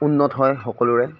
উন্নত হয় সকলোৰে